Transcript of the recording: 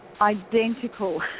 identical